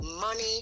money